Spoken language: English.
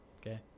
Okay